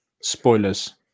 spoilers